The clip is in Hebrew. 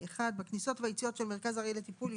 הוראות אלה: (1)בכניסות וביציאות של מרכז ארעי לטיפול יוצבו,